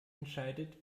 entscheidet